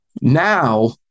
Now